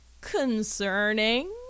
concerning